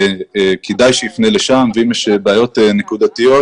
כדאי שיפנה לשם ואם יש בעיות נקודתיות,